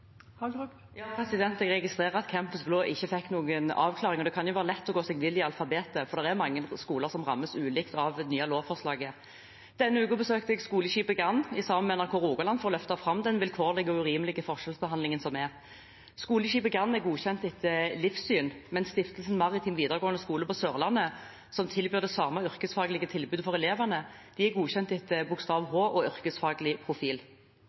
Jeg registrerer at Campus BLÅ ikke fikk noen avklaring, og det kan være lett å gå seg vill i alfabetet, for det er mange skoler som rammes ulikt av det nye lovforslaget. Denne uken besøkte jeg Skoleskipet Gann sammen med NRK Rogaland for å løfte fram den vilkårlige og urimelige forskjellsbehandlingen som er. Skoleskipet Gann er godkjent etter livssyn, men stiftelsen Maritim Videregående Skole Sørlandet, som tilbyr det samme yrkesfaglige tilbudet for elevene, er godkjent etter bokstav h og yrkesfaglig profil.